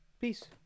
Peace